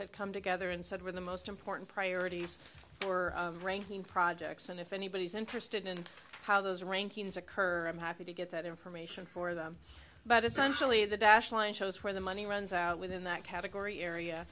had come together and said were the most important priorities or ranking projects and if anybody's interested in how those rankings occur i'm happy to get that information for them but essentially the dash line shows where the money runs out within that category area